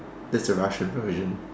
that's a Russian version